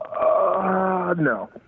No